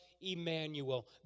Emmanuel